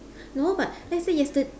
no but let's say yester~